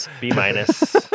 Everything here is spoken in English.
B-minus